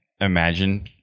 imagine